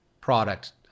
product